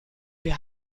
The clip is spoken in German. wir